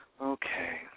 Okay